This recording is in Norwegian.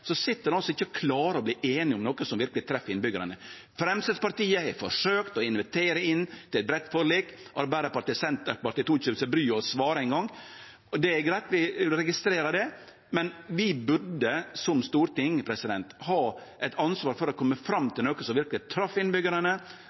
ikkje å verte einige om noko som verkeleg treffer innbyggjarane. Framstegspartiet har forsøkt å invitere til eit breitt forlik. Arbeidarpartiet og Senterpartiet tok seg ikkje bryet med å svare eingong. Det er greitt, vi registrerer det, men vi i Stortinget burde ha eit ansvar for å kome fram til noko som